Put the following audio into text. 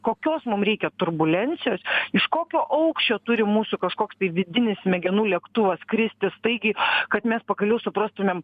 kokios mum reikia turbulencijos iš kokio aukščio turi mūsų kažkoks tai vidinis smegenų lėktuvas kristi staigiai kad mes pagaliau suprastumėm